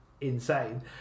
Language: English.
insane